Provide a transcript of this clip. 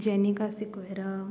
Jenica Sequeira